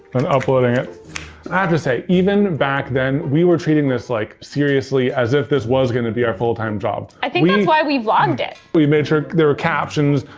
and uploading it. i have to say, even back then we were treating this like seriously as if this was gonna be our full-time job. i think that's and why we vlogged it. we made sure there were captions.